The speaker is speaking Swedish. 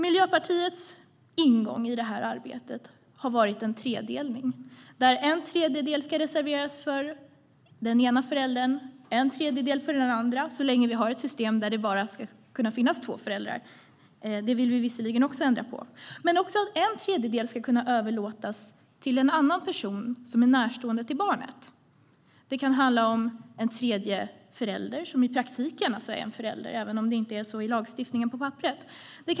Miljöpartiets ingång i det här arbetet har varit en tredelning där en tredjedel ska reserveras för den ena föräldern och en tredjedel för den andra så länge vi har ett system där det kan finnas bara två föräldrar; också det är något som vi vill ändra på. Dessutom ska en tredjedel kunna överlåtas till ytterligare en person som är närstående till barnet. Det kan vara en tredje förälder, någon som alltså i praktiken är förälder även om det inte enligt lagen och på papperet är så.